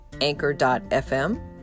anchor.fm